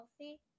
healthy